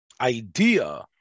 idea